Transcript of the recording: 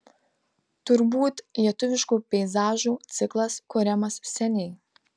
turbūt lietuviškų peizažų ciklas kuriamas seniai